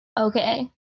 Okay